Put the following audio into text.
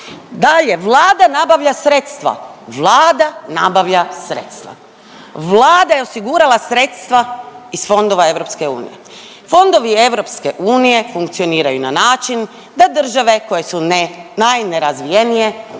Dalje, Vlada nabavlja sredstva, Vlada nabavlja sredstva, Vlada je osigurala sredstva iz fondova EU. Fondovi EU funkcioniraju na način da države koje su najnerazvijenije